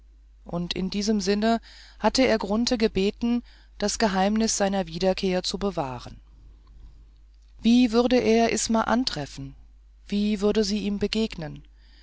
und in diesem sinne hatte er grunthe gebeten das geheimnis seiner wiederkehr zu bewahren wie würde er isma antreffen wie würde sie ihm begegnen